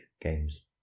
games